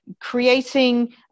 creating